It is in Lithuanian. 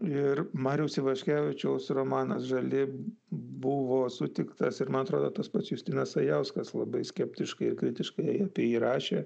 ir mariaus ivaškevičiaus romanas žali buvo sutiktas ir man atrodo tas pats justinas sajauskas labai skeptiškai kritiškai apie jį rašė